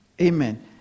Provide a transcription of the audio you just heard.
amen